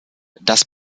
das